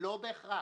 לא בהכרח.